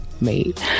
made